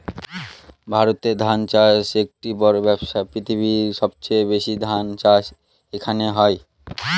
ভারতে ধান চাষ একটি বড়ো ব্যবসা, পৃথিবীর সবচেয়ে বেশি ধান চাষ এখানে হয়